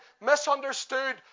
misunderstood